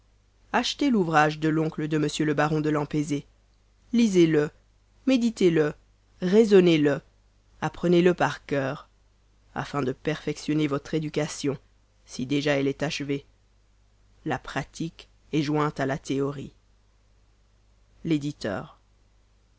achetez l'ouvrage de l'oncle de m le baron de l'empésé lisez le méditez le raisonnez le apprenez-le par coeur afin de perfectionner votre éducation si déjà elle est achevée la pratique est jointe à la théorie l'éditeur